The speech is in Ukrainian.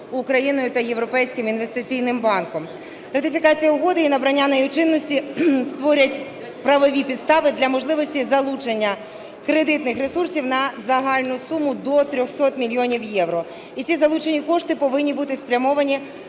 Україною та Європейським інвестиційним банком. Ратифікація угоди і набрання нею чинності створять правові підстави для можливості залучення кредитних ресурсів на загальну суму до 300 мільйонів євро. І ці залучені кошти повинні бути спрямовані